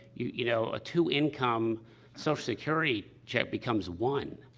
you you know, a two-income social security check becomes one,